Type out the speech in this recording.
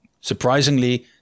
Surprisingly